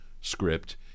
script